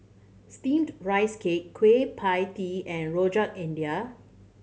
Steamed Rice Cake Kueh Pie Tee and Rojak India